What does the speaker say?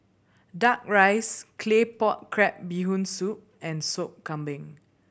Duck Rice Claypot Crab Bee Hoon Soup and Sop Kambing